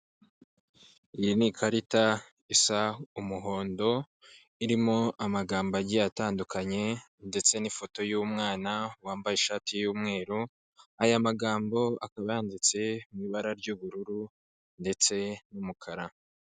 Iyi ni ikarita isa umuhondo, irimo amagambo agiye atandukanye, ndetse n'ifoto y'umwana wambaye ishati y'umweru, aya magambo akaba yanditse mu ibara ry'ubururu ndetse n'umukara.